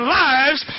lives